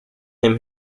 him